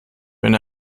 wenn